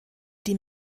die